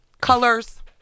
Colors